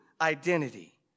identity